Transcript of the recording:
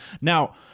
Now